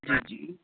ہاں جی